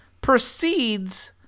proceeds